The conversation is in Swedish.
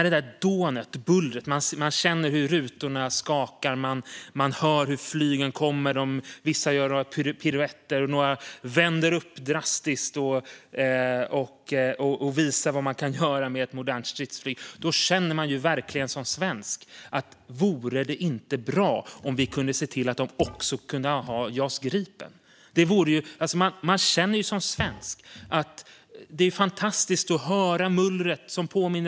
Det dånar och bullrar; man känner hur rutorna skallrar och hör hur flygplanen kommer. Vissa gör piruetter, och andra vänder upp drastiskt och visar vad man kan göra med modernt stridsflyg. Det är fantastiskt att höra mullret som påminner om kampen för frihet och om hur viktigt det är att försvara demokratin.